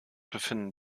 befinden